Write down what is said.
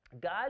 God